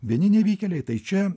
vieni nevykėliai tai čia